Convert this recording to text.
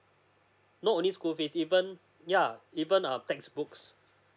not only school fees even yeah even err textbook